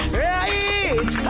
right